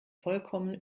vollkommen